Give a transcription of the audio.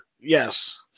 Yes